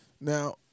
Now